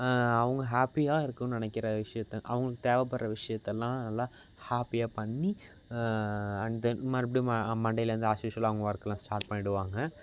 அவங்க ஹாப்பியாக இருக்கணும்ன்னு நினைக்கிற விஷயத்த அவங்களுக்கு தேவைப்படுகிற விஷயத்த எல்லாம் நல்லா ஹாப்பியாக பண்ணி அண்ட் தென் மறுபடியும் ம மண்டேலேருந்து அஸ் யூஸ்வல் அவங்க ஒர்க்கெலாம் ஸ்டார்ட் பண்ணிவிடுவாங்க